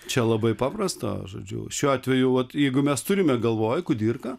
čia labai paprasta žodžiu šiuo atveju vat jeigu mes turime galvoj kudirką